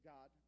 God